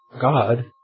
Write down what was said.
God